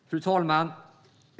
Fru talman!